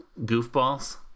goofballs